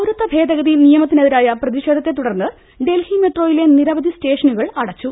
പൌരത്വ ഭേദഗതി നിയമത്തിനെതിരായ പ്രതിഷേധത്തെ തുടർന്ന് ഡൽഹി മെട്രോയിലെ നിരവധി സ്റ്റേഷനുകൾ അടച്ചു